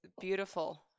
beautiful